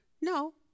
No